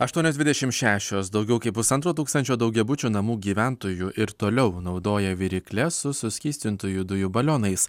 aštuonios dvidešim šešios daugiau kaip pusantro tūkstančio daugiabučių namų gyventojų ir toliau naudoja virykles su suskystintųjų dujų balionais